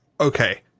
Okay